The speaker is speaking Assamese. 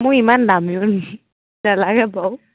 মোক ইমান দামীও নালাগে বাৰু